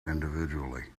individually